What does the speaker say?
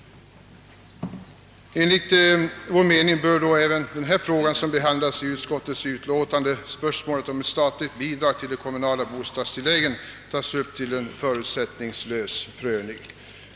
Enligt vår mening bör då även spörsmålet om ett statligt bidrag till de kommunala bostadstilläggen tas upp till en förutsättningslös prövning.